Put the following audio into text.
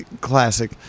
Classic